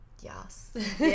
Yes